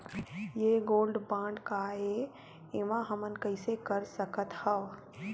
ये gold bond काय ए एमा हमन कइसे कर सकत हव?